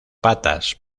patas